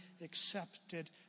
accepted